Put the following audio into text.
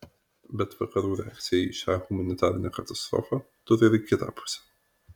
bet vakarų reakcija į šią humanitarinę katastrofą turi ir kitą pusę